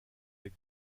der